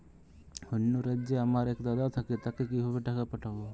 অন্য রাজ্যে আমার এক দাদা থাকে তাকে কিভাবে টাকা পাঠাবো?